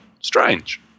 Strange